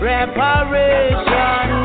Reparation